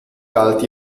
galt